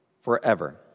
forever